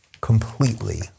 completely